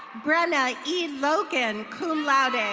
brenna e loken, cum laude.